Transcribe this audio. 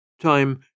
Time